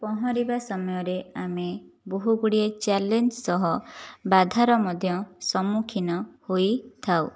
ପହଁରିବା ସମୟରେ ଆମେ ବହୁ ଗୁଡ଼ିଏ ଚ୍ୟାଲେଞ୍ଜ ସହ ବାଧାର ମଧ୍ୟ ସମ୍ମୁଖୀନ ହୋଇଥାଉ